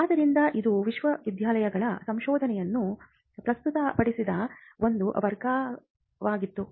ಆದ್ದರಿಂದ ಇದು ವಿಶ್ವವಿದ್ಯಾಲಯಗಳ ಸಂಶೋಧನೆಯನ್ನು ಪ್ರಸ್ತುತಪಡಿಸಿದ ಒಂದು ಮಾರ್ಗವಾಗಿತ್ತು